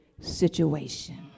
situation